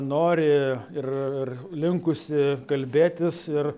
nori ir linkusi kalbėtis ir